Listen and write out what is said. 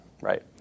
right